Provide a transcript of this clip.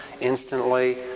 instantly